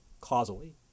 causally